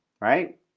right